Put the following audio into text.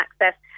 access